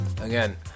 again